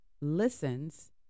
listens